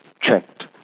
checked